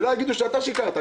שלא יגידו שאתה שיקרת.